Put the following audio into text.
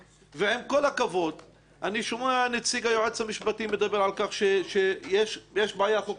אני שומע את נציב היועץ המשפטי מדבר על כך שיש בעיה חוקתית,